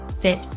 fit